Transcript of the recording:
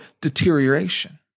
deterioration